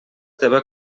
teva